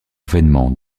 vainement